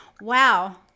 wow